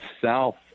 South